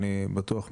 אני בטוח,